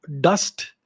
dust